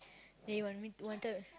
then you want me wanted